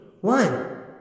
one